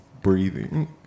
breathing